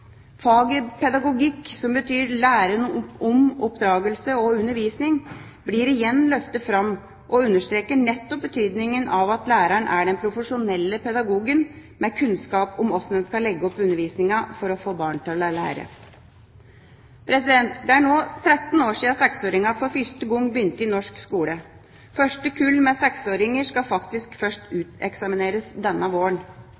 pedagogikk, som betyr læren om oppdragelse og undervisning, blir igjen løftet fram og understreker nettopp betydningen av at læreren er den profesjonelle pedagogen med kunnskap om hvordan en skal legge opp undervisningen for å få barn til å lære. Det er nå 13 år siden 6-åringene for første gang begynte i norsk skole. Første kull med 6-åringer skal faktisk først uteksamineres denne våren.